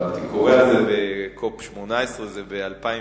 קוריאה זה ב-COP18 זה ב-2012.